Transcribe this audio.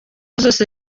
zose